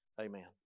Amen